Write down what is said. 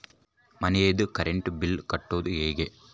ಮನಿದು current bill ಕಟ್ಟೊದು ಹೇಗೆ?